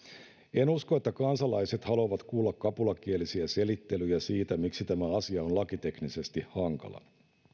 en usko että kansalaiset haluavat kuulla kapulakielisiä selittelyjä siitä miksi tämä asia on lakiteknisesti hankala